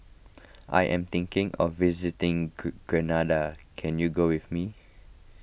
I am thinking of visiting Grenada can you go with me